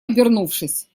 обернувшись